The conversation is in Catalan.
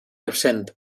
exempt